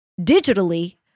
digitally